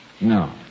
No